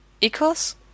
Equals